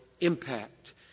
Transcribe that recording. impact